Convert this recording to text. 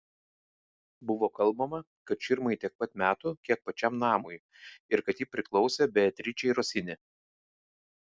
buvo kalbama kad širmai tiek pat metų kiek pačiam namui ir kad ji priklausė beatričei rosini